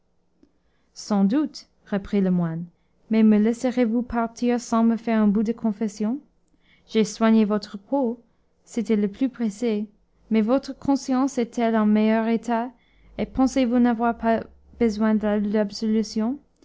sans doute reprit le moine mais me laisserez-vous partir sans me faire un bout de confession j'ai soigné votre peau c'était le plus pressé mais votre conscience est-elle en meilleur état et pensez-vous n'avoir pas besoin de l'absolution